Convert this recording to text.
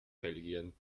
belgien